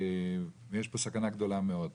ויש פה סכנה גדולה מאוד.